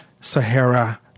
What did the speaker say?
Sahara